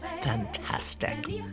fantastic